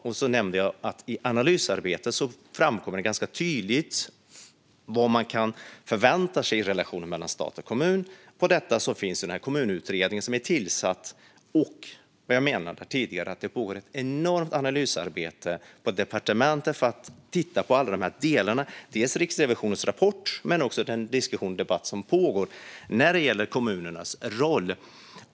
Sedan nämnde jag att det i analysarbetet ganska tydligt framkommer vad man kan förvänta sig i relationen mellan stat och kommun. På detta finns den kommunutredning som är tillsatt, och som jag nämnde tidigare pågår det ett enormt analysarbete på departementet för att titta på alla dessa delar - dels Riksrevisionens rapport, dels den diskussion och debatt som pågår när det gäller kommunernas roll.